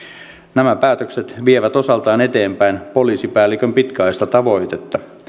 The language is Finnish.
nämä päätökset vievät osaltaan eteenpäin poliisipäällikön pitkäaikaista tavoitetta